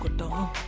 ah deol,